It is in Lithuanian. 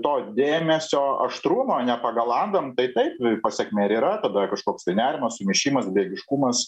to dėmesio aštrumo nepagalandam tai taip pasekmė ir yra tada kažkoks nerimas sumišimas bejėgiškumas